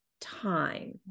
time